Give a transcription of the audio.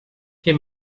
què